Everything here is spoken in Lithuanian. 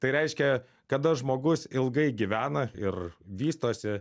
tai reiškia kada žmogus ilgai gyvena ir vystosi